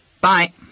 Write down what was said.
Bye